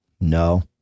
No